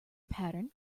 pattern